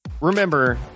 Remember